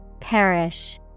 Perish